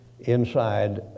inside